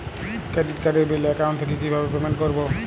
Credit কার্ডের bill account থেকে কিভাবে পেমেন্ট করবো?